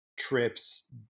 trips